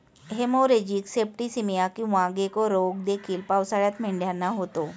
haemorrhagic septicaemia किंवा गेको रोग देखील पावसाळ्यात मेंढ्यांना होतो